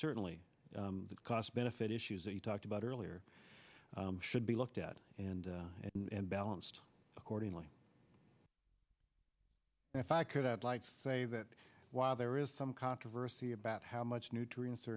certainly the cost benefit issues that you talked about earlier should be looked at and and balanced accordingly if i could i'd like to say that while there is some controversy about how much nutrients